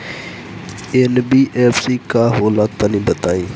NBFC का होला तनि बताई?